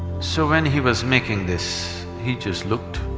so when he was making this, he just looked.